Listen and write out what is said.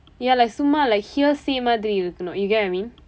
ya like சும்மா:summaa like hearsay மாதிரி இருக்கணும்:maathiri irukkanum you get what I mean